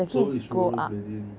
so is rollerblading